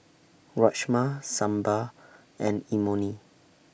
Rajma Sambar and Imoni